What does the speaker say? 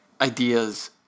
ideas